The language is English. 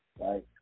right